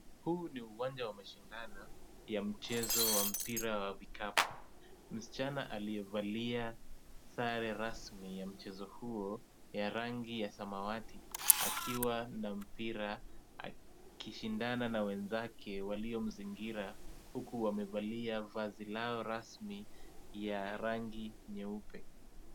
Huu ni uwanja wa mashindano ya mchezo wa mpira wa vikapu. Msichana aliyevalia sare rasmi ya mchezo huo ya rangi ya samawati akiwa na mpira akishindana na wenzake waliomzingira huku wamevalia vazi lao rasmi ya rangi nyeupe.